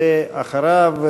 ואחריו,